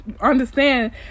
understand